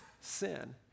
sin